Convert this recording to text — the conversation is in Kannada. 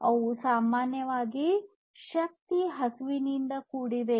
ಅವು ಸಾಮಾನ್ಯವಾಗಿ ಶಕ್ತಿ ಹಸಿವಿನಿಂದ ಕೂಡಿದೆ